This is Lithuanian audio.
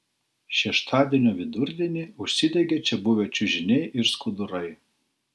šeštadienio vidurdienį užsidegė čia buvę čiužiniai ir skudurai